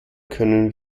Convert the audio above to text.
können